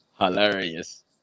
Hilarious